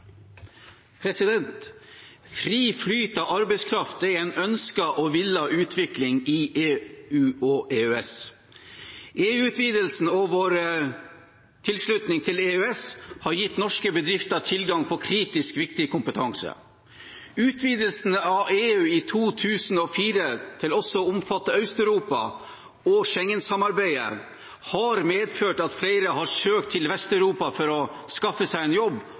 Fri flyt av arbeidskraft er en ønsket og villet utvikling i EU/EØS-området. EU-utvidelsen og vår tilslutning til EØS har gitt norske bedrifter tilgang på kritisk viktig kompetanse. Utvidelsene av EU i 2004 til også å omfatte Øst-Europa og Schengen-samarbeidet har medført at flere har søkt til Vest-Europa for å skaffe seg en jobb